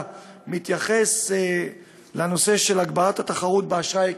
הוא נושא של הגברת התחרות באשראי הקמעונאי,